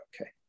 okay